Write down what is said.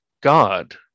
god